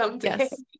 Yes